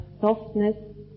softness